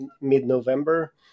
mid-November